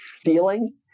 feeling